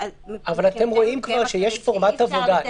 החריג --- אבל אתם רואים כבר שיש פורמט עבודה.